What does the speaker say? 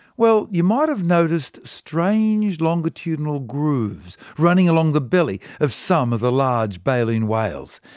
well, you might've noticed strange longitudinal grooves running along the belly of some of the large baleen whales.